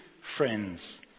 friends